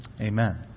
Amen